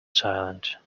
silent